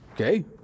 Okay